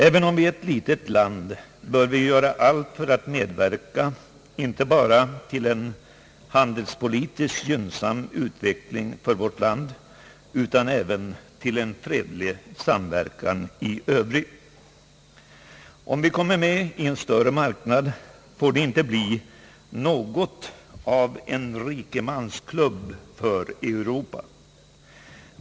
Även om vi är ett litet land bör vi göra allt för att medverka inte bara till en handelspolitiskt gynnsam utveckling för vårt land utan även till en fredlig samverkan i övrigt. Om vi kommer med i en större marknad får det inte bli något av en rikemansklubb för Europa.